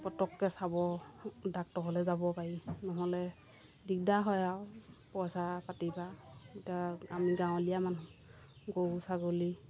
পটককৈ চাব ডাক্তৰলৈ যাব পাৰি নহ'লে দিগদাৰ হয় আৰু পইচা পাতিৰপৰা এতিয়া আমি গাঁৱলীয়া মানুহ গৰু ছাগলী